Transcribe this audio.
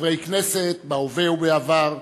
חברי הכנסת בהווה ובעבר,